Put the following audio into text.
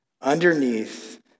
underneath